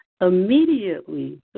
immediately